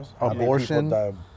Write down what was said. Abortion